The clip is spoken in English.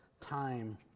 time